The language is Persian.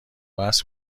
بحث